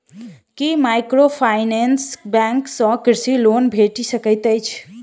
की microfinance bank सँ कृषि loan भेटि सकैत अछि?